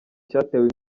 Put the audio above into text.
cyatewe